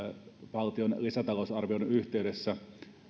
valtion lisätalousarvion yhteydessä